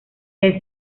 les